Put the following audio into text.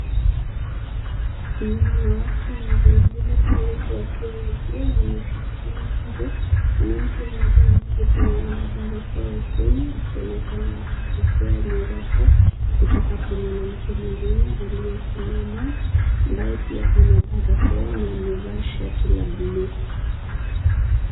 Ni wanawake wawili labda wote wakiwa wazee wote wanashirikiana nje. Mwanamke mmoja ameketi na ana barakoa usoni akionekana akipokea nyaraka kutoka kwa mwanamke mwingine aliyesimama ambaye pia ana barakoa na amevaa shati la buluu.